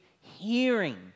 hearing